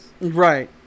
Right